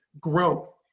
growth